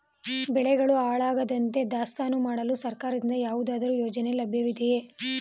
ಬೆಳೆಗಳು ಹಾಳಾಗದಂತೆ ದಾಸ್ತಾನು ಮಾಡಲು ಸರ್ಕಾರದಿಂದ ಯಾವುದಾದರು ಯೋಜನೆ ಲಭ್ಯವಿದೆಯೇ?